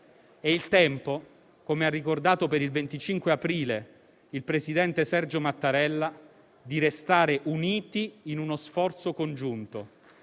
È il tempo - come ha ricordato per il 25 aprile il presidente Sergio Mattarella - di restare uniti in uno sforzo congiunto.